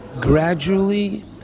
gradually